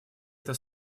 это